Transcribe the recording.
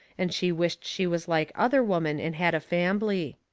and she wisht she was like other women and had a fambly.